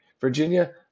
Virginia